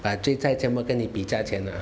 but 现在全部跟你比价钱啦